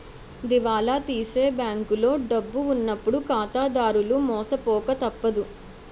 దివాలా తీసే బ్యాంకులో డబ్బు ఉన్నప్పుడు ఖాతాదారులు మోసపోక తప్పదు